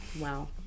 Wow